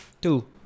Two